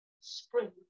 spring